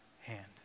hand